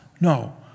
No